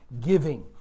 giving